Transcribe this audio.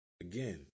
Again